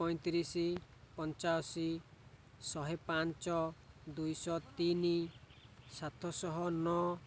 ପଇଁତିରିଶ ପଞ୍ଚାଅଶୀ ଶହେପଞ୍ଚ ଦୁଇଶହ ତିନି ସାତଶହ ନଅ